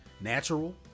natural